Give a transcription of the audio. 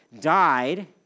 died